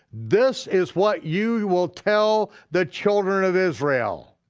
this is what you will tell the children of israel.